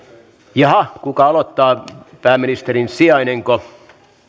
jaha kuka aloittaa pääministerin sijainenko